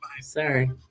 Sorry